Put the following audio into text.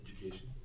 Education